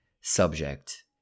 subject